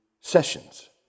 sessions